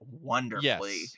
wonderfully